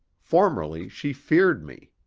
formerly she feared me.